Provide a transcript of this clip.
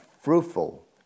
fruitful